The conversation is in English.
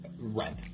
rent